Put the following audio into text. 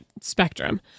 spectrum